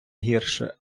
гірше